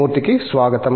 మూర్తికి స్వాగతం